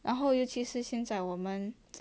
然后尤其是现在我们